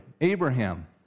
Abraham